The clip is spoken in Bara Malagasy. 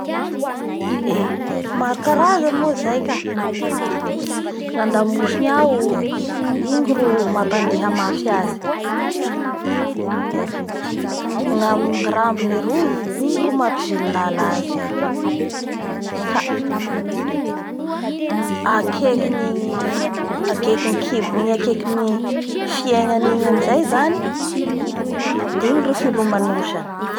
Eee! Maro karaza moa zay ka ny andamosiny ao igny ro mamapadeha mafy azy, gna main'ny rambony aroy ro mampivily lala azy, ka akekin'igny ekeikin'ny kibony igny, akekin'ny fiengany egny amizay zany iny ro filomanosany.